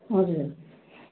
हजुर